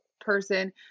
person